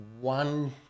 one